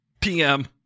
PM